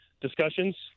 discussions